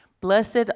blessed